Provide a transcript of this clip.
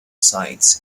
sites